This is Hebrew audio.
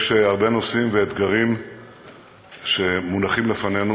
יש הרבה נושאים ואתגרים שמונחים לפנינו,